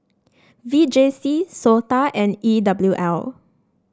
V J C SOTA and E W L